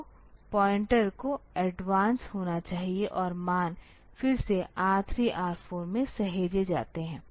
तो पॉइंटर को एडवांस होना चाहिए और मान फिर से R3 R4 में सहेजे जाते हैं